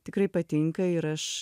tikrai patinka ir aš